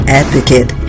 advocate